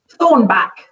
Thornback